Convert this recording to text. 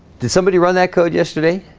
did somebody run that code yesterday?